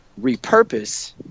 repurpose